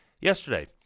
yesterday